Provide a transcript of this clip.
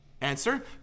Answer